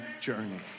journey